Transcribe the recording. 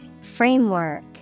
Framework